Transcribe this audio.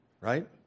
right